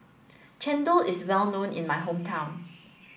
Chendol is well known in my hometown